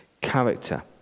character